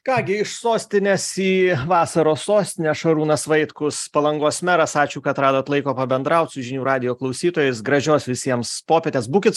ką gi iš sostinės į vasaros sostinę šarūnas vaitkus palangos meras ačiū kad radot laiko pabendraut su žinių radijo klausytojais gražios visiems popietės būkit